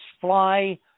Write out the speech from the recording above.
fly